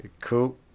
Cool